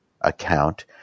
account